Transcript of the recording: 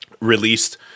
released –